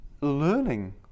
learning